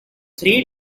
three